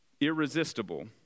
irresistible